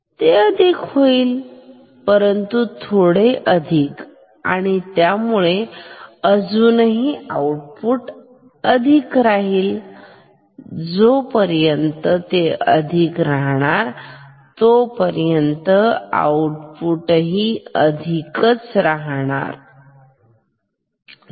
हे अधिक असेल परंतु थोडे अधिक आणी त्यामुळे अजूनही आउटपुट अधिक राहील जोपर्यंत ते अधिक राहणार तोपर्यंत आउटपुट अधिक राहील बरोबर